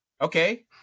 Okay